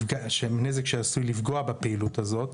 נזק שעשוי לפגוע בפעילות הזאת.